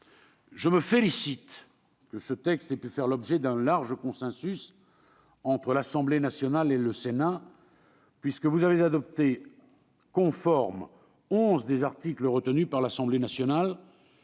Je me félicite de ce que ce texte ait pu faire l'objet d'un large consensus entre l'Assemblée nationale et le Sénat. Mesdames, messieurs, vous avez adopté conformes onze des articles retenus par l'Assemblée nationale,